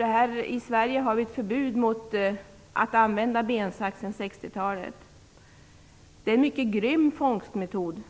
Här i Sverige har vi sedan 60-talet ett förbud mot att använda bensax. Det är en mycket grym fångstmetod